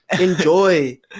Enjoy